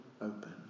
open